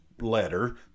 letter